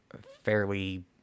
fairly